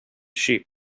sheep